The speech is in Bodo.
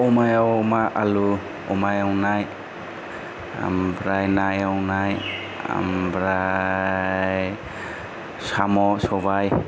अमायाव अमा आलु अमा एवनाय ओमफ्राय ना एवनाय ओमफ्राय साम' सबाइ